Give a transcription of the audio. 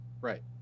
right